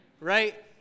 right